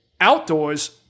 outdoors